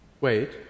wait